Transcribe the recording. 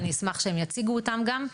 אני אשמח שהם יציגו אותם גם.